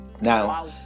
now